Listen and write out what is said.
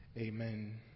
Amen